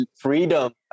freedom